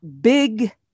big